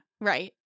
Right